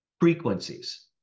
frequencies